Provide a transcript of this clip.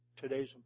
today's